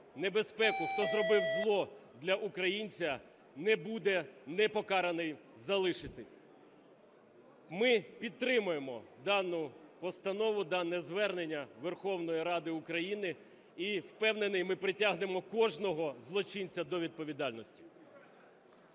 хто зробив зло для українця, не буде непокараним залишитись. Ми підтримуємо дану постанову, дане звернення Верховної Ради України і впевнений, ми притягнемо кожного злочинця до відповідальності.